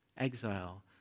Exile